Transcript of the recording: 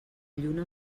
lluna